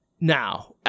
now